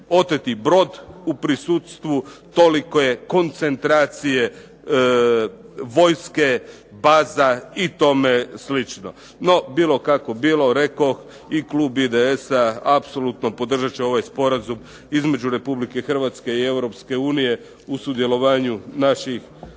oteti brod u prisustvu tolike koncentracije vojske, paza i tome slično. No, bilo kako bilo rekoh i klub IDS-a apsolutno podržat će ovaj sporazum između Republike Hrvatske i Europske unije o sudjelovanju naših